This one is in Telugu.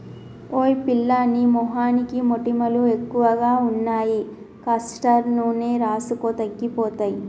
ఓయ్ పిల్లా నీ మొహానికి మొటిమలు ఎక్కువగా ఉన్నాయి కాస్టర్ నూనె రాసుకో తగ్గిపోతాయి